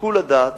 שיקול הדעת,